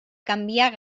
canviar